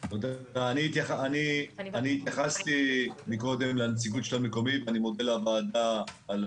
אני התייחסתי מקודם לנציגות של המקומיים ואני מודה לוועדה על